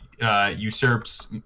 Usurps